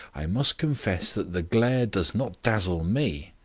i must confess that the glare does not dazzle me.